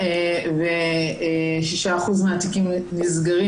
86% מהתיקים נסגרים,